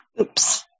Oops